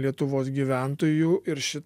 lietuvos gyventojų ir ši